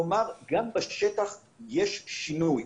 כלומר, גם בשטח יש שינוי.